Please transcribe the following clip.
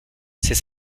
c’est